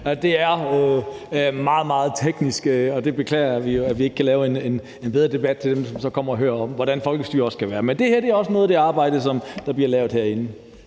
Det er meget, meget teknisk, og jeg beklager, at vi ikke kan lave en bedre debat for dem, som kommer og hører om, hvordan folkestyre også kan være. Men det her er også noget af det arbejde, som bliver lavet herinde.